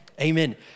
Amen